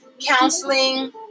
counseling